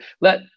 let